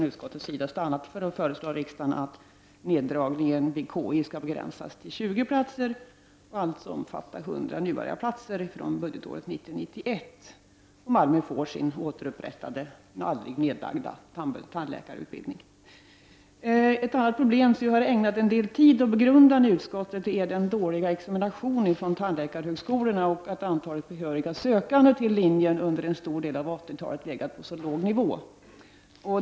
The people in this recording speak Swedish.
Utskottet har därför stannat för att föreslå riksdagen att neddragningen vid KI skall begränsas till 20 platser och alltså omfatta 100 nybörjarplatser fr.o.m. budgetåret 1990/91. Ett annat problem som vi ägnat en del tid och begrundan i utskottet är den dåliga examinationen från tandläkarhögskolorna och det faktum att antalet behöriga sökande till linjen under en stor del av 80-talet legat på så låg nivå.